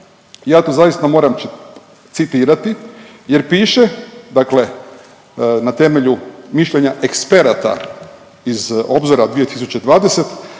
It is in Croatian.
ja to zaista moram citirati, jer piše, dakle na temelju mišljenja eksperata iz Obzora 2020.